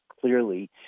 clearly